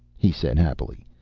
he said happily,